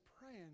praying